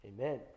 amen